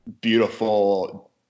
beautiful